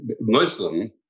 Muslim